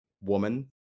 woman